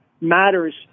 matters